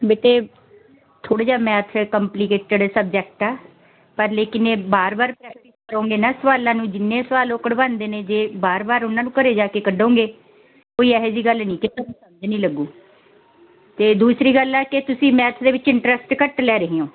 ਬੇਟੇ ਥੋੜ੍ਹਾ ਜਿਹਾ ਮੈਥ ਕੰਪਲੀਕੇਟਡ ਸਬਜੈਕਟ ਆ ਪਰ ਲੇਕਿਨ ਇਹ ਵਾਰ ਵਾਰ ਪ੍ਰੈਕਟਿਸ ਕਰੋਗੇ ਨਾ ਸਵਾਲਾਂ ਨੂੰ ਜਿੰਨੇ ਸਵਾਲ ਉਹ ਕਢਵਾਉਂਦੇ ਨੇ ਜੇ ਵਾਰ ਵਾਰ ਉਹਨਾਂ ਨੂੰ ਘਰ ਜਾ ਕੇ ਕੱਢੋਗੇ ਕੋਈ ਇਹੋ ਜਿਹੀ ਗੱਲ ਨਹੀਂ ਕਿ ਨਹੀਂ ਕਿ ਤੁਹਾਨੂੰ ਸਮਝ ਨਹੀਂ ਲੱਗੂ ਅਤੇ ਦੂਸਰੀ ਗੱਲ ਹੈ ਕਿ ਤੁਸੀਂ ਮੈਥ ਦੇ ਵਿੱਚ ਇੰਟਰਸਟ ਘੱਟ ਲੈ ਰਹੇ ਹੋ